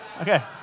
Okay